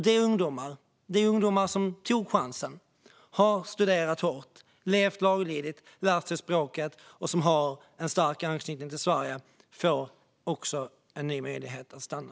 De ungdomar som har tagit chansen, studerat hårt, levt laglydigt och lärt sig språket och som har stark anknytning till Sverige får därmed en ny möjlighet att stanna.